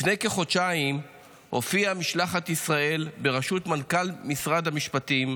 לפני כחודשיים הופיעה משלחת ישראל בראשות מנכ"ל משרד המשפטים,